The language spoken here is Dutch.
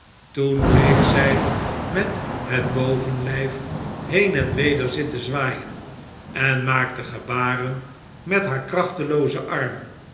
toen bleef zij met hetbovenlijf heen en weder zitten zwaaien en maakte gebaren met haar krachteloozen arm